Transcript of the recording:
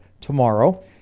tomorrow